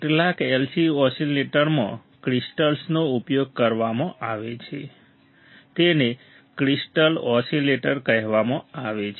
કેટલાક LC ઓસિલેટરમાં ક્રિસ્ટલ્સનો ઉપયોગ કરવામાં આવે છે તેને ક્રિસ્ટલ ઓસિલેટર કહેવામાં આવે છે